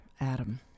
Adam